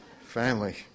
Family